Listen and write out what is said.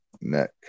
neck